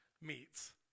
meets